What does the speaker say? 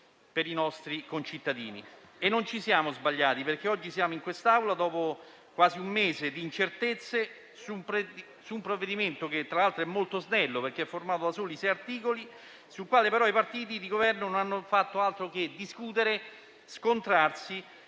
per i nostri concittadini. E non ci siamo sbagliati, perché oggi ci troviamo in quest'Aula, dopo quasi un mese di incertezze, ad esaminare un provvedimento (che tra l'altro è molto snello perché formato da soli sei articoli), sul quale i partiti di Governo non hanno fatto altro che discutere e scontrarsi,